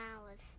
hours